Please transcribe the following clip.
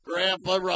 Grandpa